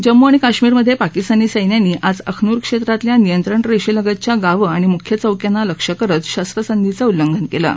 जम्मू आणि काश्मिरमध प्राकिस्तानी सैन्यानी आज अखनूर क्षम्रीतल्या नियंत्रण रक्तिलंगतच्या गावं आणि मुख्य चौक्यांना लक्ष्य करत शरवसंधीचं उल्लंघन कलि